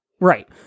Right